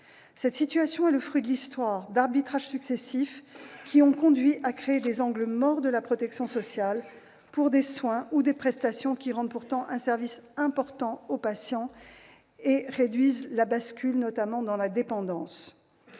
Cette situation est le fruit de l'histoire, d'arbitrages successifs qui ont conduit à créer des « angles morts » de la protection sociale, pour des soins ou des prestations qui rendent pourtant un service important aux patients et réduisent le risque de « bascule » dans la dépendance.